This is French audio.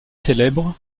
célèbre